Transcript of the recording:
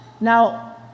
Now